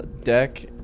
deck